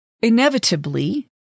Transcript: inevitably